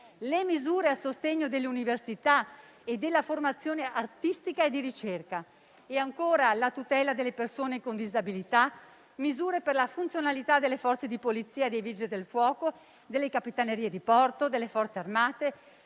le misure a sostegno delle università e della formazione artistica e di ricerca e, ancora, la tutela delle persone con disabilità, misure per la funzionalità delle Forze di polizia e dei Vigili del fuoco, delle Capitanerie di porto, delle Forze armate,